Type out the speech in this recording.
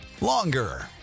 longer